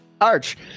Arch